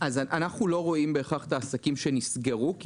אנו לא רואים בהכרח את העסקים שנסגרו כי